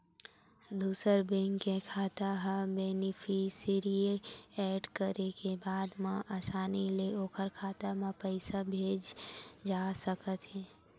दूसर बेंक के खाता ह बेनिफिसियरी एड करे के बाद म असानी ले ओखर खाता म पइसा भेजे जा सकत हे